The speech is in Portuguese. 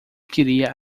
queria